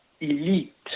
Elite